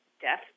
death